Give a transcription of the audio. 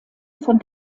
von